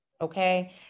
okay